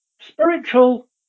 spiritual